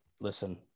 Listen